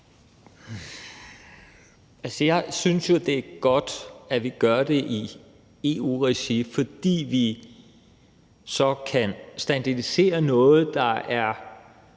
(V): Jeg synes jo, det er godt, at vi gør det i EU-regi, fordi vi så kan standardisere noget på